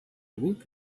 woot